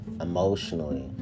emotionally